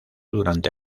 durante